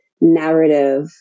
narrative